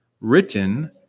written